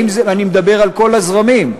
ואני מדבר על כל הזרמים,